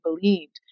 believed